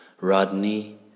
Rodney